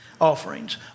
offerings